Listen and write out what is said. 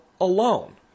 alone